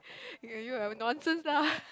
okay you have nonsense lah